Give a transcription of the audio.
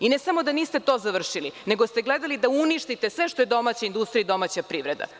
I ne samo da niste to završili nego ste gledali da uništite sve što je domaća industrija i domaća privreda.